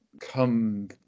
come